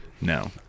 No